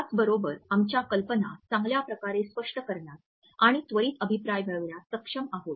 त्याच बरोबर आमच्या कल्पना चांगल्या प्रकारे स्पष्ट करण्यास आणि त्वरित अभिप्राय मिळविण्यास सक्षम आहोत